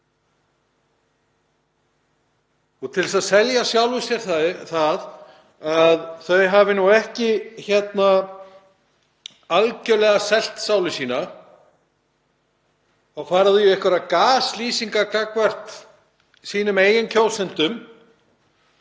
Til þess að selja sjálfum sér það að þau hafi ekki algerlega selt sálu sína þá fara þau í einhverjar gaslýsingar gagnvart eigin kjósendum,